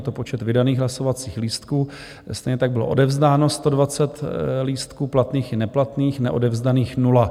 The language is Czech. Je to počet vydaných hlasovacích lístků, stejně tak bylo odevzdáno 120 lístků platných i neplatných, neodevzdaných 0.